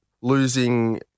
losing